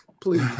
Please